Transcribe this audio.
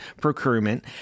procurement